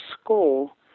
school